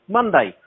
Monday